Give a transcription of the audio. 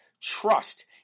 trust